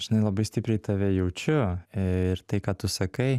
žinai labai stipriai tave jaučiu ir tai ką tu sakai